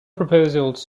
proposals